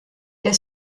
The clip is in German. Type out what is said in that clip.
der